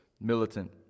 militant